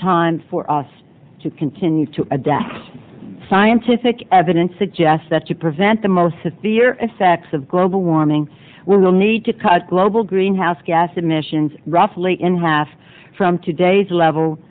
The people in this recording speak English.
time for us to continue to adapt scientific evidence suggests that to prevent the most of the year effects of global warming we will need to cut global greenhouse gas emissions roughly in half from today's level